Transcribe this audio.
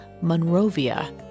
Monrovia